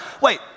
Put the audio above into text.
Wait